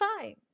fine